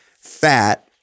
fat